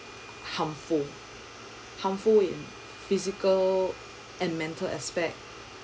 harmful harmful in physical and mental aspect